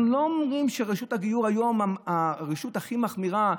אנחנו לא אומרים שרשות הגיור היום היא הרשות הכי מחמירה,